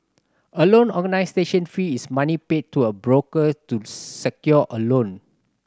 a loan station fee is money paid to a broker to secure a loan